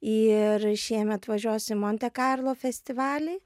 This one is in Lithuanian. ir šiemet važiuos į monte karlo festivalį